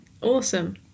awesome